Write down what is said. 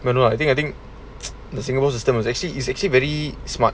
but no I think I think the singapore system was actually is actually very smart